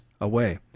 away